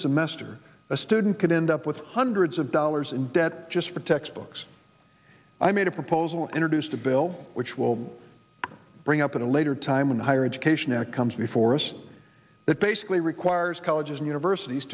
semester a student could end up with hundreds of dollars in debt just for textbooks i made a proposal introduced a bill which will bring up at a later time when higher education and comes before us that basically requires colleges and universities